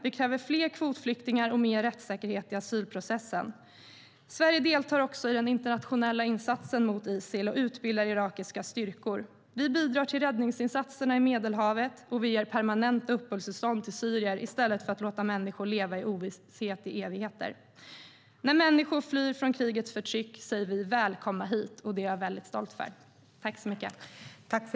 Vi kräver kvotflyktingar och mer rättssäkerhet i asylprocessen. Sverige deltar också i den internationella insatsen mot Isil och utbildar irakiska styrkor. Vi bidrar till räddningsinsatserna i Medelhavet och ger permanent uppehållstillstånd till syrier i stället för att låta människor leva i ovisshet i evigheter. När människor flyr från krigets förtryck hälsar vi dem välkomna hit. Det är jag väldigt stolt över.